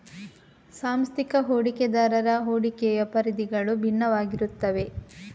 ಸಾಂಸ್ಥಿಕ ಹೂಡಿಕೆದಾರರ ಹೂಡಿಕೆಯ ಪರಿಧಿಗಳು ಭಿನ್ನವಾಗಿರುತ್ತವೆ